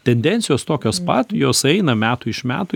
tendencijos tokios pat jos eina metų iš metų